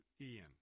Ian